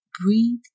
breathe